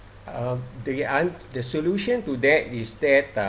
um they aren't the solution to that is that uh